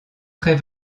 très